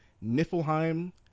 Niflheim